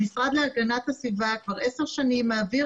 המשרד להגנת הסביבה כבר עשר שנים מעביר